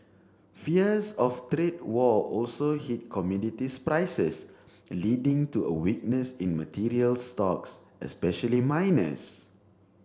fears of trade war also hit commodities prices leading to a weakness in materials stocks especially miners